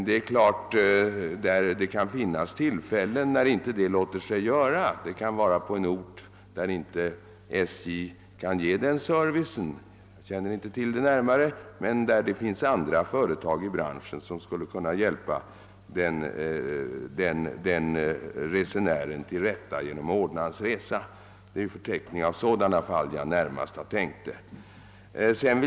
Det är emellertid klart att vid en del tillfällen denna regel inte kan följas, t.ex. på en ort där SJ inte kan ge denna service — jag känner inte till saken närmare — men där det finns andra företag i branschen som skulle kunna hjälpa vederbörande till rätta genom att ordna hans resa. Det är på sådana fall jag närmast har tänkt.